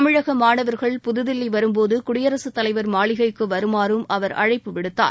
தமிழக மாணவர்கள் புதுதில்லி வரும்போது குடியரசுத் தலைவர் மாளிகைக்கு வருமாறும் அவர் அழைப்பு விடுத்தார்